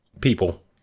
people